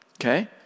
Okay